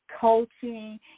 coaching